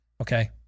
Okay